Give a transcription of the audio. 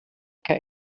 case